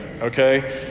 Okay